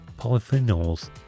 polyphenols